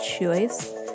choice